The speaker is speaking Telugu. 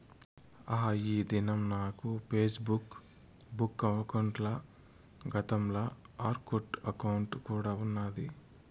ఆ, ఈ దినం నాకు ఒక ఫేస్బుక్ బుక్ అకౌంటల, గతంల ఆర్కుట్ అకౌంటు కూడా ఉన్నాది